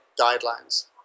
guidelines